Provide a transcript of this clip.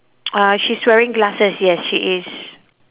uh she's wearing glasses yes she is